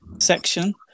section